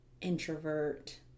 introvert